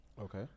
Okay